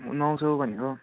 नौ सय भनेको